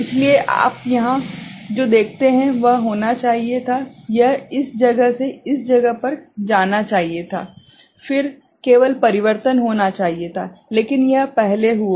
इसलिए यहां आप जो देखते हैं वह होना चाहिए था यह इस जगह से इस जगह पर जाना चाहिए था फिर केवल परिवर्तन होना चाहिए था लेकिन यह पहले हुआ है